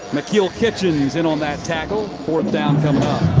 like yeah ah kitchens in on that tackle. fourth down coming up.